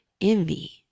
envy